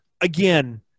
again